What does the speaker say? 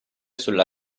sulla